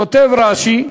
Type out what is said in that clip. כותב רש"י: